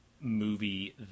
movie